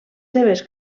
seves